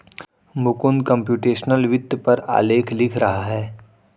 Mukund computational वित्त पर आलेख लिख रहा है